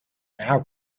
now